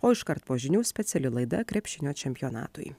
o iškart po žinių speciali laida krepšinio čempionatui